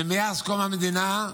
ומאז קום המדינה,